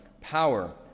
power